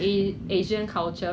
it's actually for